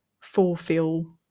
fulfill